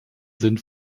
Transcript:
sind